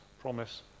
promise